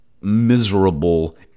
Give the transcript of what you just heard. miserable